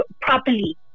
properly